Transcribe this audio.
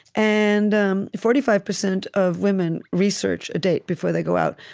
and um forty five percent of women research a date before they go out.